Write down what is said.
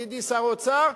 ידידי שר האוצר,